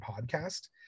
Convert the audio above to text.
podcast